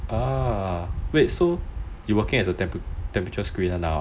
ah wait so you working as a temperature screener now ah